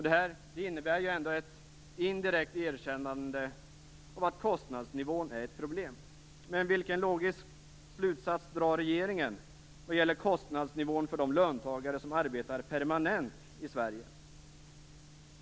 Det innebär ändå ett indirekt erkännande av att kostnadsnivån är ett problem. Men vilken logisk slutsats drar regeringen vad gäller kostnadsnivån för de löntagare som arbetar permanent i Sverige?